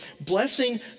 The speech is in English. blessing